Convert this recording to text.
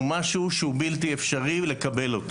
הוא משהו שהוא בלתי אפשרי לקבל אותו,